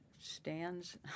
stands